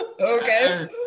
Okay